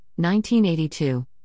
1982